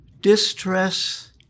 distress